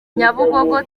nyabugogo